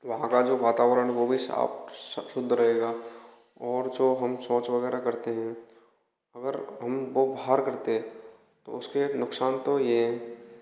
वहाँ का जो वातावरण है वो भी साफ साफ सुंदर रहेगा और जो हम शौच वगैरह करते हैं अगर हम वो बाहर करते तो उसके एक नुकसान तो ये हैं कि